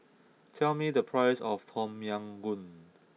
tell me the price of Tom Yam Goong